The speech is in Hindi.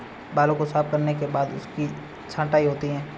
बालों को साफ करने के बाद उनकी छँटाई होती है